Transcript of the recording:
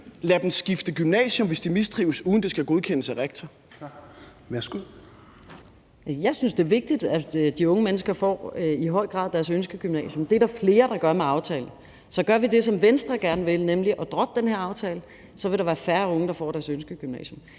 undervisningsministeren (Pernille Rosenkrantz-Theil): Jeg synes, det er vigtigt, at de unge mennesker i høj grad får deres ønskegymnasium, og det er der flere der gør med aftalen. Så gør vi det, som Venstre gerne vil, nemlig at droppe den her aftale, vil der være færre unge, der får deres ønskegymnasium.